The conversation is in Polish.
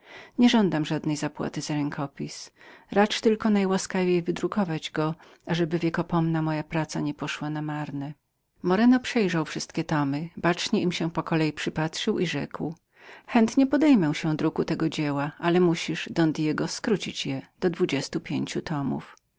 nie żądam żadnej zapłaty za rękopis racz tylko najłaskawiej wydrukować go ażeby pamiętna moja praca nie była całkiem straconą moreno przejrzał wszystkie tomy bacznie im się po kolei przypatrzył i rzekł chętnie podejmuję się dzieła ale musisz don diego skrócić je do dwudziestu pięciu tomów